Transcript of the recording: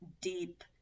deep